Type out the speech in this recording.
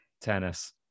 tennis